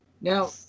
Now